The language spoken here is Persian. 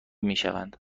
میشوند